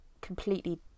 completely